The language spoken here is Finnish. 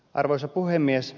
arvoisa puhemies